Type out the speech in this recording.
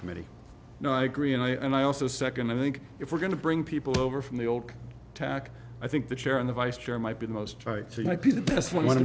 committee no i agree and i and i also nd i think if we're going to bring people over from the old tack i think the chair and the vice chair might be the most right so you might be the best one